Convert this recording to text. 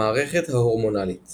המערכת ההורמונלית